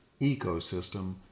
ecosystem